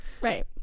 Right